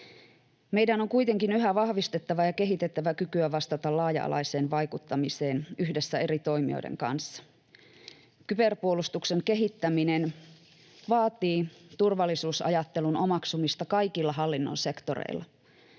Meidän on kuitenkin yhä vahvistettava ja kehitettävä kykyä vastata laaja-alaiseen vaikuttamiseen yhdessä eri toimijoiden kanssa. Kyberpuolustuksen kehittäminen vaatii turvallisuusajattelun omaksumista kaikilla hallinnon sektoreilla.